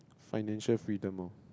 financial freedom lor